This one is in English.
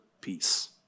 peace